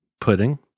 pudding